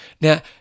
Now